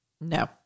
No